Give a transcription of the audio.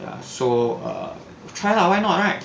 ya so err try lah why not right